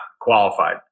qualified